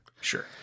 Sure